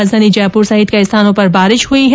राजधानी जयपुर सहित कई स्थानों पर बारिश हुई हैं